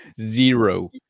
Zero